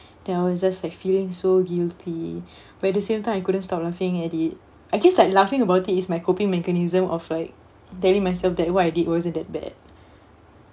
then I was just like feeling so guilty but at the same time I couldn't stop laughing at it I guess like laughing about it is my coping mechanism of like telling myself that what I did wasn't that bad